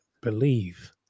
believe